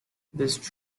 this